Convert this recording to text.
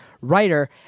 writer